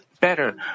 better